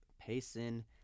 Payson